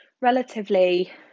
relatively